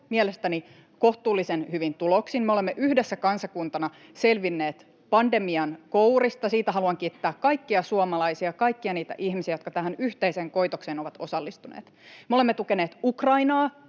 mielestäni kohtuullisen hyvin tuloksin. Me olemme yhdessä kansakuntana selvinneet pandemian kourista — ja siitä haluan kiittää kaikkia suomalaisia, kaikkia niitä ihmisiä, jotka tähän yhteiseen koitokseen ovat osallistuneet. Me olemme tukeneet Ukrainaa